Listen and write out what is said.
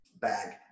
bag